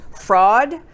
fraud